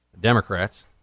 Democrats